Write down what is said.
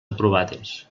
aprovades